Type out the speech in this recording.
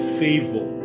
favor